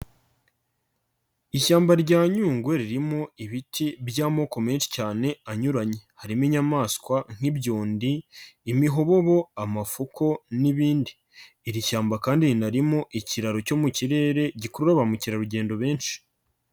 Ishyamba rya Nyungwe ririmo ibiti by'amoko menshi cyane anyuranye, harimo inyamaswa nk'ibyondi, imihobobo, amafuko n'ibindi, iri shyamba kandi rinarimo ikiraro cyo mu kirere gikurura ba mukerarugendo benshi.